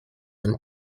and